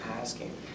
asking